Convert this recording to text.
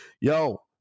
yo